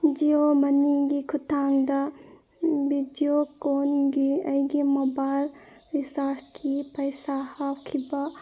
ꯖꯤꯑꯣ ꯃꯅꯤꯒꯤ ꯈꯨꯊꯥꯡꯗ ꯕꯤꯗꯤꯑꯣ ꯀꯣꯟꯒꯤ ꯑꯩꯒꯤ ꯃꯣꯕꯥꯏꯜ ꯔꯤꯆꯥꯔꯖꯀꯤ ꯄꯩꯁꯥ ꯍꯥꯞꯈꯤꯕ